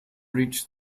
reached